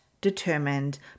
determined